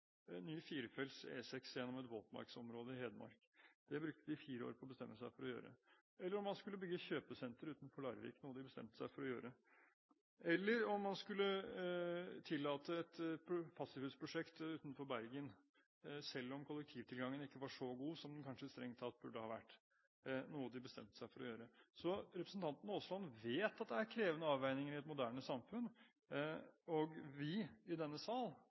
ny firefelts E6 gjennom et våtmarksområde i Hedmark. Det brukte de fire år på å bestemme seg for å gjøre. De måtte også vurdere om man skulle bygge kjøpesenter utenfor Larvik, noe de bestemte seg for å gjøre, eller om man skulle tillate et passivhusprosjekt utenfor Bergen, selv om kollektivtilgangen ikke var så god som den kanskje strengt tatt burde ha vært – de bestemte seg for å gjøre det. Så representanten Aasland vet at det er krevende avveininger i et moderne samfunn. Og vi i denne sal